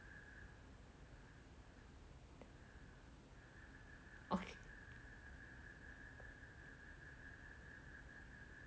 okay